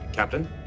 Captain